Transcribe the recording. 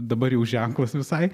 dabar jau ženklas visai